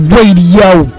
Radio